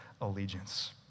allegiance